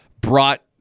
brought